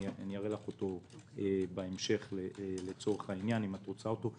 אני אראה לך אותו בהמשך, אם את רוצה אותו.